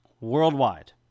worldwide